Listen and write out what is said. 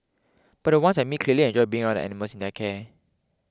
but the ones I meet clearly enjoy being around animals in their care